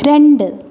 രണ്ട്